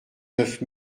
neuf